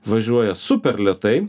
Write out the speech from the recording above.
važiuoja super lėtai